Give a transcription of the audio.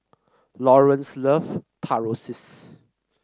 Laurence loves Tortillas